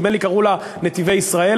נדמה לי שקראו לה "נתיבי ישראל",